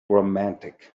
romantic